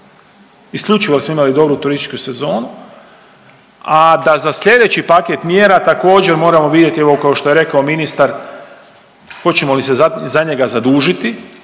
isključivo smo imali dobru turističku sezonu, a da za slijedeći paket mjera također moramo vidjeti, evo kao što je rekao ministar hoćemo li se za njega zadužiti